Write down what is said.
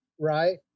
right